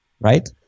right